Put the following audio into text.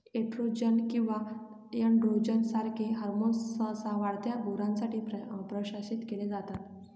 oestrogen किंवा androgen सारखे hormones सहसा वाढत्या गुरांसाठी प्रशासित केले जातात